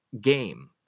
game